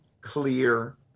clear